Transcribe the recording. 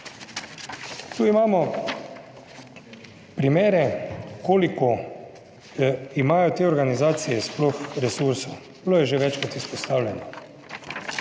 Tu imamo primere, koliko imajo te organizacije sploh resursov. Bilo je že večkrat izpostavljeno.